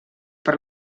per